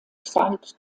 zeit